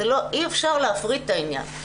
אי אפשר להפריד את העניין,